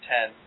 Ten